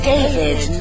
David